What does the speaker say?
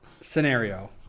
Scenario